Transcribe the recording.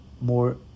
more